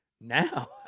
now